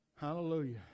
Hallelujah